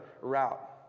route